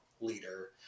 leader